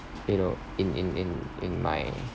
you know in in in in my